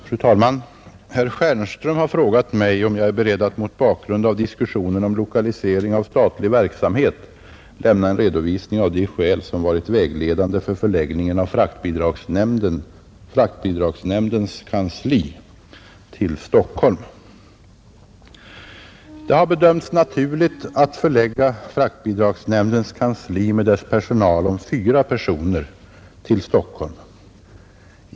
Fru talman! Herr Stjernström har frågat mig om jag är beredd att mot bakgrund av diskussionen om lokalisering av statlig verksamhet lämna en redovisning av de skäl som varit vägledande för förläggningen av fraktbidragsnämndens kansli till Stockholm. Det har bedömts naturligt att förlägga fraktbidragsnämndens kansli med dess personal om fyra personer till Stockholm.